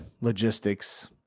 logistics